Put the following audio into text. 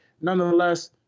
Nonetheless